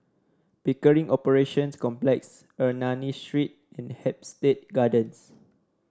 Pickering Operations Complex Ernani Street and Hampstead Gardens